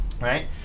right